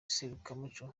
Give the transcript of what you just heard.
serukiramuco